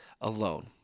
alone